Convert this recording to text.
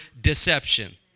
deception